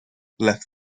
left